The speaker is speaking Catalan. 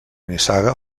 nissaga